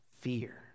fear